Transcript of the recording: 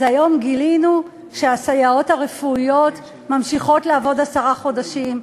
אז היום גילינו שהסייעות הרפואיות ממשיכות לעבוד עשרה חודשים,